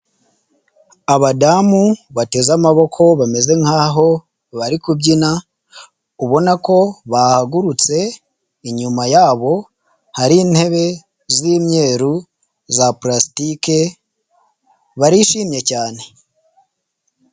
Abadamu bateze amaboko bameze nkaho bari kubyina ubona ko bahagurutse, inyuma yabo hari intebe z'imyeru za purasitike barishimye cyane.